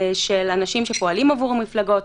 לגבי שעות עבודה ומנוחה אני חושב שזה צריך להיות בהוראת שעה.